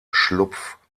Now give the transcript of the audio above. schlupf